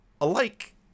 Alike